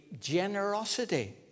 generosity